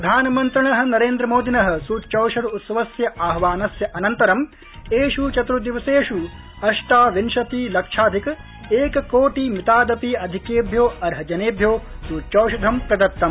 प्रधानमन्त्रिण नरेन्द्रमोदिन सूच्यौषध उत्सवस्य आह्वानस्य अनन्तरं एष् चतुर्दिवसेष् अष्टाविंशति लक्षाधिक एककोटि मितादपि अधिकेभ्यो अर्ह जनेभ्यो सूच्यौषधं प्रदत्तम्